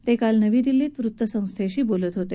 ते काल नवी दिल्लीत वृत्तसंस्थेशी बोलत होते